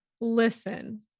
listen